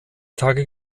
tage